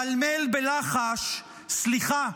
מלמל בלחש: סליחה,